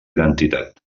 identitat